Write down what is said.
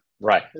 Right